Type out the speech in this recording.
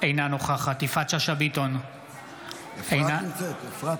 בעד יפעת שאשא ביטון, אינה נוכחת אלון